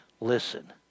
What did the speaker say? listen